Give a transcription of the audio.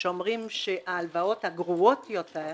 שאומרים שההלוואות הגרועות יותר,